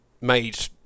made